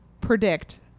predict